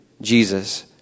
Jesus